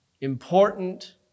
important